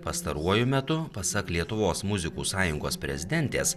pastaruoju metu pasak lietuvos muzikų sąjungos prezidentės